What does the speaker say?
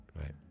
Right